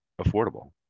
affordable